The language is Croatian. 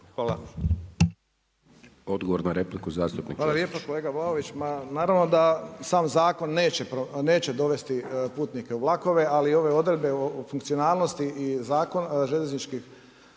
Čosić. **Ćosić, Pero (HDZ)** Hvala lijepo. Kolega Vlaović, naravno da sam zakon neće dovesti putnike u vlakove, ali ove odredbe o funkcionalnosti željezničkih